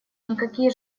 никакие